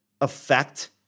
affect